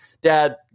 dad